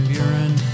Buren